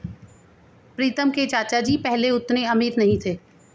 प्रीतम के चाचा जी पहले उतने अमीर नहीं थे